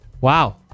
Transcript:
Wow